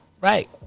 Right